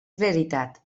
veritat